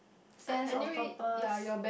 sense of purpose